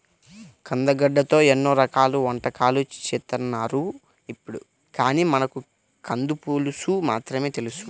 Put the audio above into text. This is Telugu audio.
కందగడ్డతో ఎన్నో రకాల వంటకాలు చేత్తన్నారు ఇప్పుడు, కానీ మనకు కంద పులుసు మాత్రమే తెలుసు